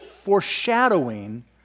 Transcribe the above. foreshadowing